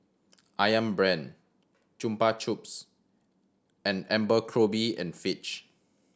Ayam Brand Chupa Chups and Abercrombie and Fitch